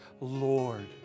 Lord